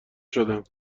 شدم